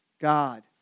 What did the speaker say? God